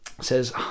says